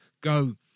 go